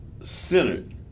centered